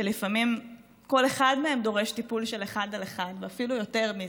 שלפעמים כל אחד מהם דורש טיפול של אחד על אחד ואפילו יותר מזה,